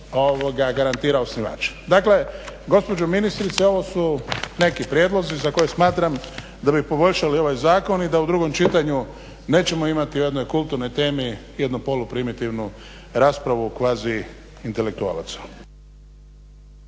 za to garantira osnivač. Dakle, gospođo ministrice ovo su neki prijedlozi za koje smatram da bi poboljšali ovaj zakon i da u drugom čitanju nećemo imati u jednoj kulturnoj temi jednu poluprimitivnu raspravu kvaziintelektualaca.